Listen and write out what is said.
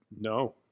No